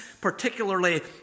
particularly